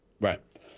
right